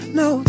no